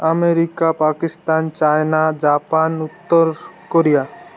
America Pakistan China Japan ଉତ୍ତର Korea